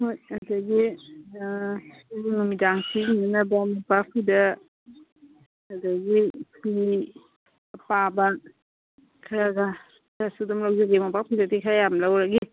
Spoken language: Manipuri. ꯍꯣꯏ ꯑꯗꯒꯤ ꯑꯌꯨꯛ ꯅꯨꯃꯤꯡꯗꯥꯡ ꯁꯤꯖꯤꯟꯅꯅꯕ ꯃꯣꯝꯄꯥꯛ ꯐꯤꯗꯛ ꯑꯗꯒꯤ ꯐꯤ ꯑꯄꯥꯕ ꯈꯔꯒ ꯈꯔꯁꯨ ꯑꯗꯨꯝ ꯂꯧꯖꯒꯦ ꯃꯣꯝꯄꯥꯛ ꯐꯤꯗꯛꯇꯤ ꯈꯔ ꯌꯥꯝ ꯂꯧꯔꯒꯦ